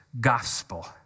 gospel